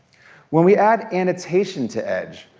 when we add annotation to edge,